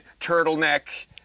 turtleneck